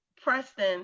Preston